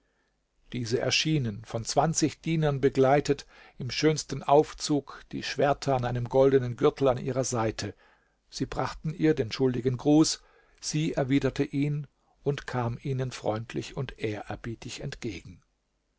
diese erschienen von zwanzig dienern begleitet im schönsten aufzug die schwerter an einem goldenen gürtel an ihrer seite sie brachten ihr den schuldigen gruß sie erwiderte ihn und kam ihnen freundlich und ehrerbietig entgegen